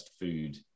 food